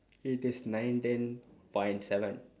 it is nineteen point seven